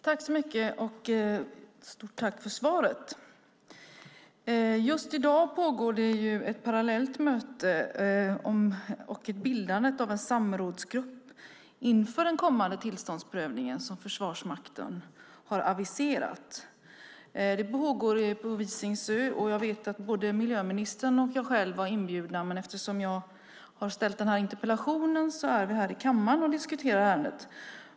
Fru talman! Jag tackar ministern för svaret. I dag pågår ett möte på Visingsö för att bilda en samrådsgrupp inför den kommande tillståndsprövningen som Försvarsmakten har aviserat. Både miljöministern och jag var inbjudna, men eftersom jag har ställt denna interpellation är vi i stället här i kammaren och diskuterar ärendet.